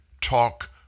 Talk